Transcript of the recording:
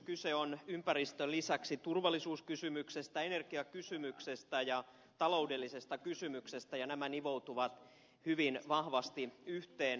kyse on ympäristön lisäksi turvallisuuskysymyksestä energiakysymyksestä ja ta loudellisesta kysymyksestä ja nämä nivoutuvat hyvin vahvasti yhteen